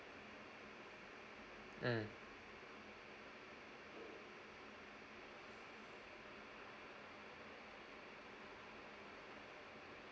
mm